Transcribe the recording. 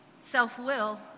self-will